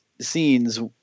scenes